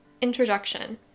Introduction